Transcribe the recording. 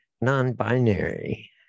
non-binary